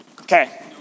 Okay